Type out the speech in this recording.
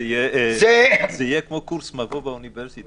זה יהיה כמו קורס מבוא באוניברסיטה.